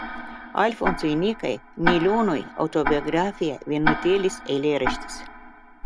alfonsui nykai niliūnui autobiografija vienutėlis eilėraštis